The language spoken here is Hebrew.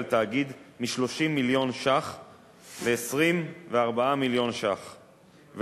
תאגיד מ-30 מיליון שקלים ל-24 מיליון שקלים,